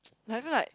like I feel like